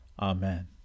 Amen